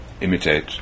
imitate